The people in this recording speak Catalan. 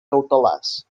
cautelars